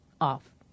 off